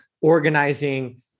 organizing